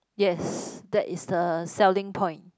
yes that is the selling point